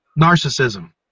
narcissism